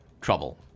trouble